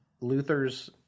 Luther's